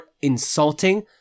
insulting